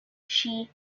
she